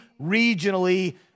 regionally